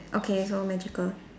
okay so magical